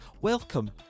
welcome